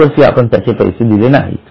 दरवर्षी आपण त्याचे पैसे दिले नाहीत